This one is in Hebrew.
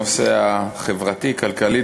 הנושא החברתי-כלכלי,